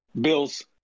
Bills